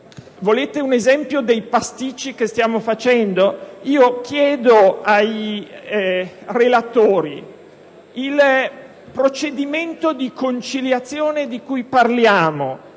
Volete un esempio dei pasticci che stiamo facendo? Io chiedo ai relatori se il procedimento di conciliazione di cui parliamo,